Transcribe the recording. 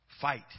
fight